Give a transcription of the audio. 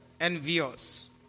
envious